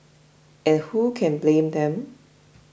and who can blame them